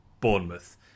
Bournemouth